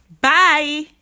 Bye